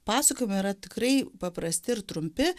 pasakojimai yra tikrai paprasti ir trumpi